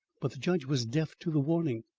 but the judge was deaf to the warning.